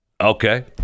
Okay